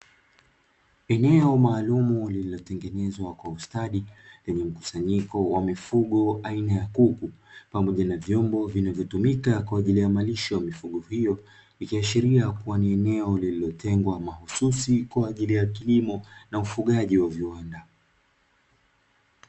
Eneo maalumu lililotengenezwa kwa ustadi, lenye mkusanyiko wa mifugo aina ya kuku, pamoja na vyombo vinavyotumika kwa ajili ya malisho ya mifugo hiyo, ikiashinria kuwa ni eneo lililotengwa mahususi kwa ajili ya kilimo na ufugaji wa viwanda.